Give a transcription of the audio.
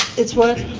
it's what?